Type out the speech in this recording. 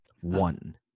One